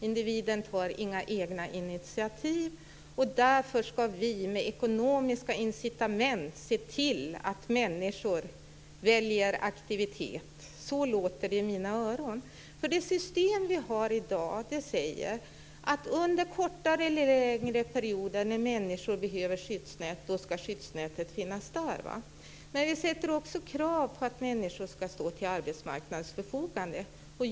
Individen tar inga egna initiativ, och därför ska vi med ekonomiska incitament se till att människor väljer aktivitet. Så låter det i mina öron. Det system vi har i dag säger att skyddsnätet ska finnas där under kortare eller längre perioder när människor behöver skyddsnät. Men vi ställer också krav på att människor ska stå till arbetsmarknadens förfogande.